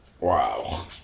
Wow